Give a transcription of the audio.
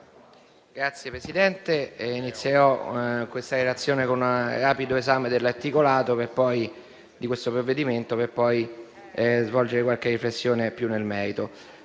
Signora Presidente, inizierò la relazione con un rapido esame dell'articolato di questo provvedimento, per poi svolgere qualche riflessione più nel merito.